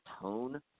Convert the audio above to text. tone